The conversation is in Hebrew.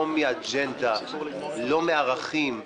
לא מאג'נדה, לא מערכים,